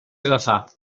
agafar